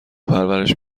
پرورش